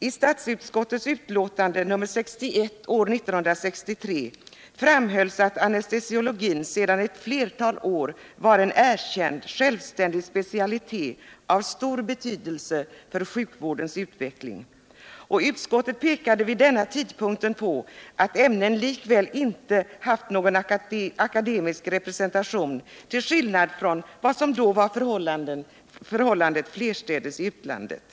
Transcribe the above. I statsutskottets utlåtande nr 61 år 1963 framhölls att anestesiologin sedan ett flertal år var en erkänd, självständig specialitet av stor betydelse för sjukvårdens utveckling. Utskottet pekade vid denna tidpunkt på att ämnet likväl inte haft någon akademisk representation till skillnad mot vad som då var förhållandet flerstädes i utlandet.